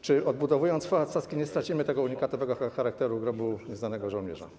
Czy odbudowując Pałac Saski, nie stracimy tego unikatowego charakteru Grobu Nieznanego Żołnierza?